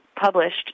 published